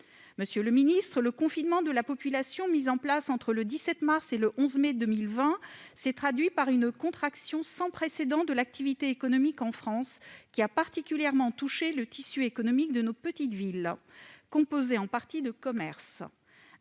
Monsieur le secrétaire d'État, le confinement de la population mis en place entre le 17 mars et le 11 mai 2020 s'est traduit par une contraction sans précédent de l'activité économique en France, ce qui a particulièrement touché le tissu économique de nos petites villes, composé en partie de commerces.